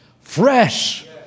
fresh